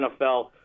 NFL